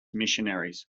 missionaries